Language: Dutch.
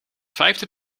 vijfde